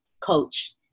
coach